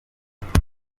kuvuga